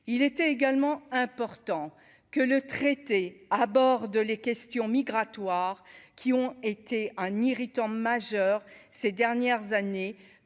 il était également important que le traité à bord de les questions migratoires qui ont été un irritant majeur ces dernières années,